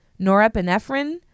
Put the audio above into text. norepinephrine